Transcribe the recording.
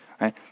right